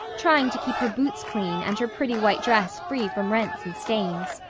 trying to keep her boots clean and her pretty white dress free from rents and stains.